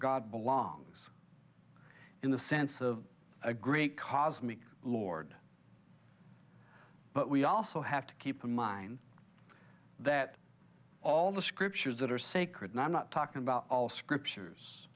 god belongs in the sense of a great cosmic lord but we also have to keep in mind that all the scriptures that are sacred and i'm not talking about all scriptures